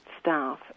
staff